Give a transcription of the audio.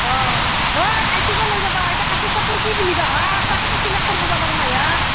অঁ আইতুকো লৈ যাবা কাপোৰ চাপোৰ কি পিন্ধিবা হাঁ তাকেইতো ছিলেকশ্য়ন কৰিব পৰা নাই হাঁ